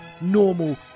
normal